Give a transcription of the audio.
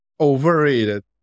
overrated